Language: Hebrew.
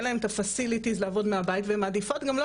אין להן את ה-facilities לעבוד מהבית והן מעדיפות גם לא